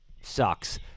sucks